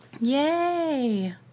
Yay